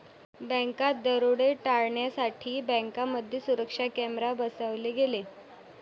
बँकात दरोडे टाळण्यासाठी बँकांमध्ये सुरक्षा कॅमेरे बसवले गेले